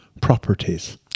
properties